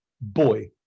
Boy